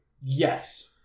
Yes